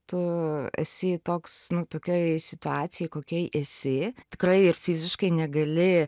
tu esi toks nu tokioj situacijoj kokioj esi tikrai ir fiziškai negali